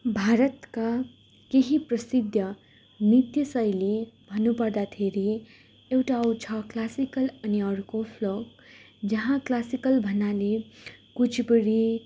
भारतका केही प्रसिद्ध नृत्य शैली भन्नुपर्दाखेरि एउटा आउँछ क्लासिकल अनि अर्को फोल्क जहाँ क्लासिकल भन्नाले कुचिपुडी